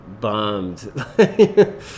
bummed